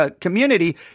community